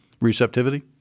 receptivity